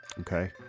Okay